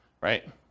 right